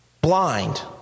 blind